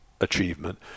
achievement